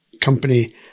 company